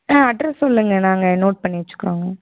ஆ address சொல்லுங்க நாங்கள் note பண்ணி வெச்சுக்றோங்க